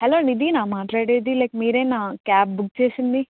hello నిదీనా మాట్లాడేది like మీరేనా క్యాబ్ బుక్ చేసింది